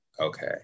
okay